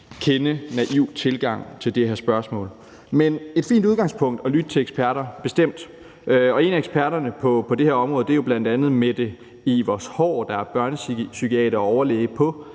kende naiv tilgang til det her spørgsmål. Men det er et fint udgangspunkt at lytte til eksperter, bestemt. Og en af eksperterne på det her område er jo bl.a. Mette Ewers Haahr, der er børnepsykiater og overlæge på